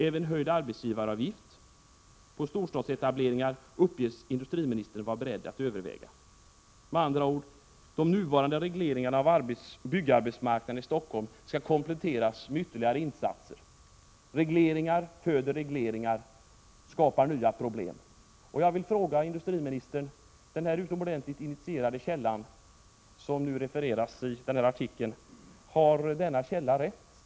Även höjd arbetsgivaravgift på storstadsetableringar uppges industriministern vara beredd att överväga. Med andra ord: de nuvarande regleringarna av byggarbetsmarknaden i Stockholm skulle kompletteras med ytterligare insatser. Regleringar föder regleringar och skapar nya problem. Jag vill fråga industriministern: Har den initierade källa som refereras i artikeln rätt?